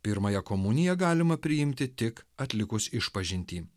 pirmąją komuniją galima priimti tik atlikus išpažintį